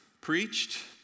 preached